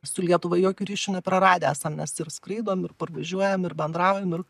su lietuva jokių ryšių nepraradę esam nes ir skraidom ir parvažiuojam ir bendraujam ir